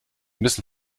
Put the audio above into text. müssen